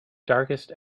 darkest